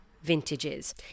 vintages